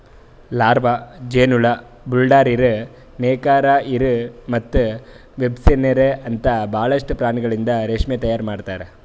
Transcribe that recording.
larva, ಜೇನುಹುಳ, bulldog ಇರು, ನೇಕಾರ ಇರು ಮತ್ತ ವೆಬ್ಸ್ಪಿನ್ನರ್ ಅಂತ ಭಾಳಷ್ಟು ಪ್ರಾಣಿಗೊಳಿಂದ್ ರೇಷ್ಮೆ ತೈಯಾರ್ ಮಾಡ್ತಾರ